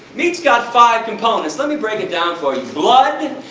meat's got five components, let me break it down for you blood,